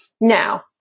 Now